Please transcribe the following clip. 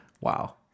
Wow